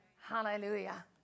Hallelujah